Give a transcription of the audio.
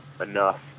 enough